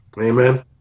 Amen